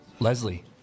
Leslie